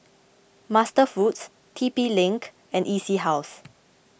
MasterFoods T P link and E C House